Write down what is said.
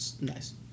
nice